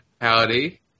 Howdy